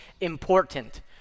important